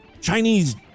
Chinese